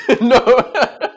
no